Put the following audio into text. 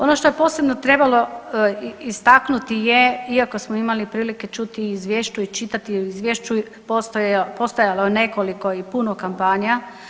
Ono što je posebno trebalo istaknuti je, iako smo imali prilike čuti u izvješću i čitati u izvješću, postojalo je nekoliko i puno kampanja.